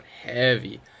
heavy